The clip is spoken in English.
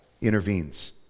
intervenes